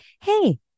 hey